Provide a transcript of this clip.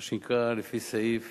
מה שנקרא, לפי סעיף